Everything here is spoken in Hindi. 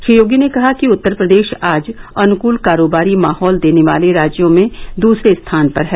श्री योगी ने कहा कि उत्तर प्रदेश आज अनुकूल कारोबारी माहौल देने वाले राज्यों में दूसरे स्थान पर है